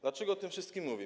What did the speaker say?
Dlaczego o tym wszystkim mówię?